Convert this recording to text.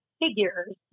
figures